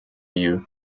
you